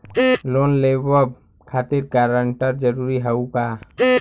Loan लेवब खातिर guarantor जरूरी हाउ का?